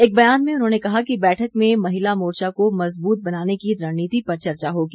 एक बयान में उन्होंने कहा कि बैठक में महिला मोर्चा को मज़बूत बनाने की रणनीति पर चर्चा होगी